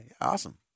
awesome